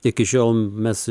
iki šiol mes